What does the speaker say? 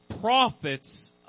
prophets